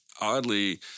oddly